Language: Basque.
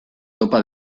topa